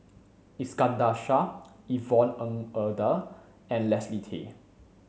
Iskandar Shah Yvonne Ng Uhde and Leslie Tay